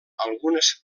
algunes